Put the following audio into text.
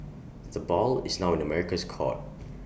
the ball is now in America's court